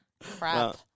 crap